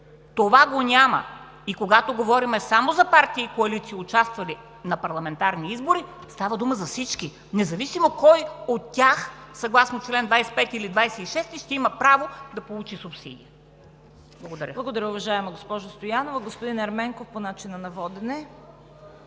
Това го няма! И когато говорим само за партии и коалиции, участвали на парламентарни избори, става дума за всички, независимо кои от тях съгласно чл. 25 или 26 ще имат право да получат субсидия. Благодаря. ПРЕДСЕДАТЕЛ ЦВЕТА КАРАЯНЧЕВА: Благодаря, уважаема госпожо Стоянова. Господин Ерменков – по начина на водене.